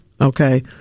okay